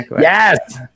Yes